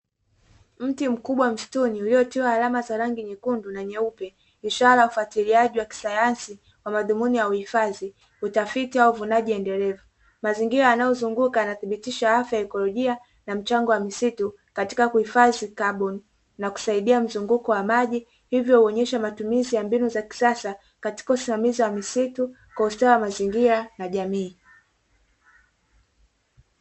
Mti mkubwa msituni uliotiwa alama za rangi nyekundu na nyeupe ,ishara ya ufatiliaji wa kisayansi kwa madhumuni ya uhifadhi, utafiti au uvunaji endelevu. Mazingira yanayozunguka yanathibitisha afya ya ekolojia na mchango wa misitu, katika kuhifadhi kaboni na kusaidia mzunguko wa maji, hivo huonyesha matumizi ya mbinu za kisasa katika usimamizi wa misitu, kwa ustawi wa mazingira na jamii.